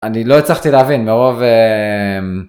אני לא הצלחתי להבין מרוב...